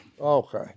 Okay